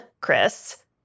Chris